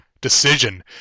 decision